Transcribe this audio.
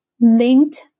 linked